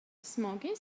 smoking